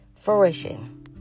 fruition